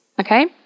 Okay